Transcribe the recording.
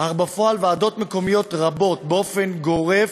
אך בפועל, ועדות מקומיות רבות, באופן גורף,